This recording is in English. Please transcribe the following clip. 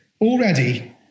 already